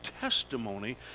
testimony